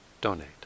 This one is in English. donate